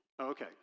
Okay